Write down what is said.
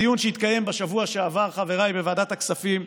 הדיון שהתקיים בשבוע שעבר בוועדת מכספים,